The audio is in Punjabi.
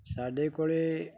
ਸਾਡੇ ਕੋਲ